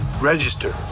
Register